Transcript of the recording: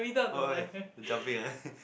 why why the jumping one